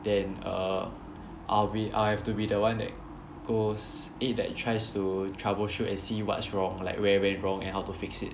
then err I'll be I'll have to be the one that goes eh that tries to troubleshoot and see what's wrong like where went wrong and how to fix it